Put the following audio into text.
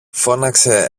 φώναξε